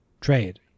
trade